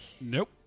Nope